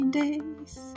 days